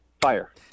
Fire